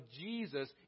Jesus